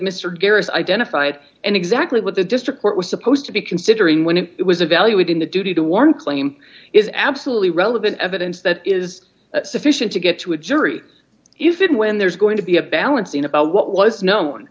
mr garrison identified and exactly what the district court was supposed to be considering when it was evaluating the duty to warn claim is absolutely relevant evidence that is sufficient to get to a jury even when there's going to be a balancing about what was known